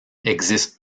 existe